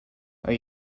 are